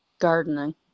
Gardening